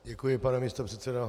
Děkuji, pane místopředsedo.